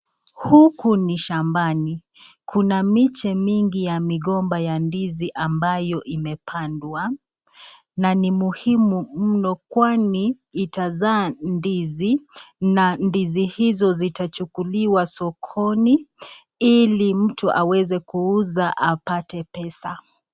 Huku ni shambani, Kuna miche mingi ya migomba ya ndizi ambayo imepandwa, na ni muhimu mno kwani itazaa ndizi na ndizi hizo zitachukuliwa sokoni ili mtu aweze kuuza apate pesa.